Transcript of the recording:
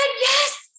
yes